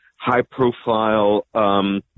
high-profile